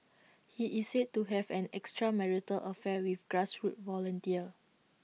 he is said to have had an extramarital affair with grassroots volunteer